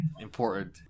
important